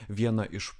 vieną iš